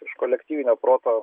iš kolektyvinio proto